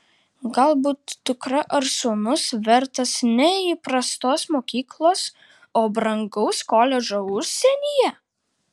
galbūt dukra ar sūnus vertas ne įprastos mokyklos o brangaus koledžo užsienyje